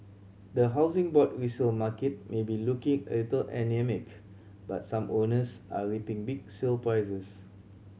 the Housing Board resale market may be looking a little anaemic but some owners are reaping big sale prices